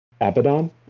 abaddon